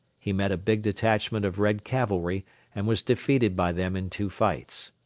he met a big detachment of red cavalry and was defeated by them in two fights.